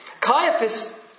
Caiaphas